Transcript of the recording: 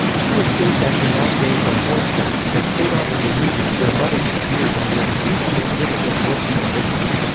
she escaped after nine days on horseback, but stayed on in the region for another two years under increasingly difficult working conditions.